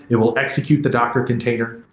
it will execute the docker container.